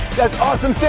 that's awesome, stay